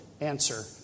answer